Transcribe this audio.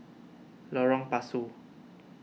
Lorong Pasu